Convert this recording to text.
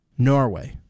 Norway